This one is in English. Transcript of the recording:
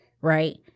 Right